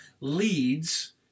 leads